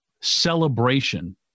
celebration